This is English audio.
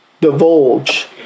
divulge